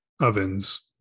ovens